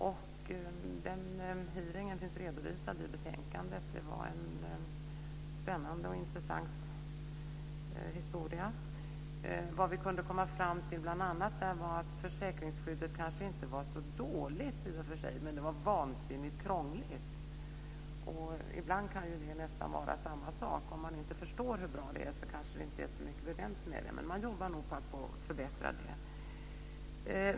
Den hearingen finns redovisad i betänkandet. Det var en spännande och intressant historia. Vi kunde bl.a. komma fram till att försäkringsskyddet i och för sig kanske inte var så dåligt, men det var vansinnigt krångligt. Ibland kan ju det nästan vara samma sak. Om man inte förstår hur bra det är kanske det inte är så mycket bevänt med det. Men man jobbar på att förbättra det.